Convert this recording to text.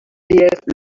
diez